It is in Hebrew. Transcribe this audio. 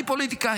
אני פוליטיקאי,